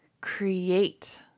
create